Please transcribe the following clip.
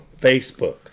Facebook